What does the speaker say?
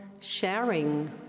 sharing